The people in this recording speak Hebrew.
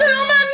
זה לא מעניין.